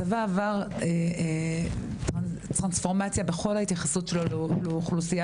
הצבא עבר טרנספורמציה בכל ההתייחסות שלו לאוכלוסיית